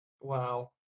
Wow